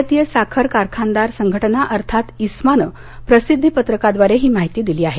भारतीय साखर कारखानदार संघटना अर्थांत इस्मानं प्रसिद्धी पत्रकाद्वारे ही माहिती दिली आहे